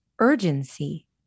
urgency